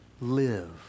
live